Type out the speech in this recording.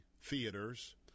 Theaters